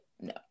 no